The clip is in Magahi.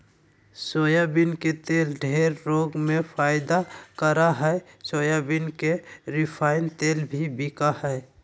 सोयाबीन के तेल ढेर रोग में फायदा करा हइ सोयाबीन के रिफाइन तेल भी बिका हइ